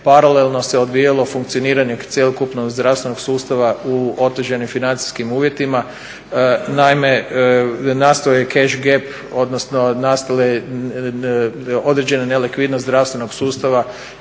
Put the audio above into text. paralelno se odvijalo funkcioniranje cjelokupnog zdravstvenog sustava u otežanim financijskim uvjetima. Naime, nastao je cash gap odnosno nastale određena nelikvidnost zdravstvenog sustava